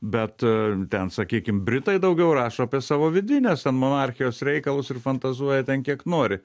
bet ten sakykim britai daugiau rašo apie savo vidinės ten monarchijos reikalus ir fantazuoja ten kiek nori